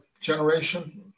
generation